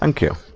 um kill